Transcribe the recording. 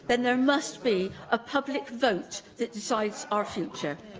then there must be a public vote that decides our future.